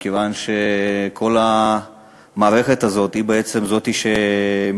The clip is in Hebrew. מכיוון שכל המערכת הזאת היא בעצם זאת שמייצרת,